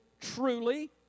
truly